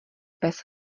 pes